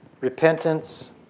Repentance